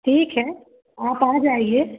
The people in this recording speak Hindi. ठीक है आप आ जाइए